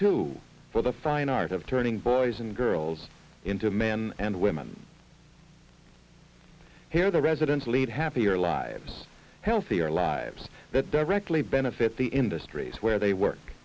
too for the fine art of turning boys and girls into men and women here the residents lead happier lives healthier lives that directly benefit the industries where they work